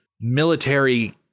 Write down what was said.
military